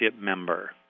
member